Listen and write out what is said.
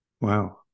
Wow